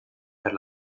per